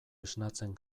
esnatzen